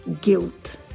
guilt